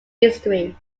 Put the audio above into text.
history